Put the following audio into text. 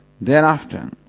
thereafter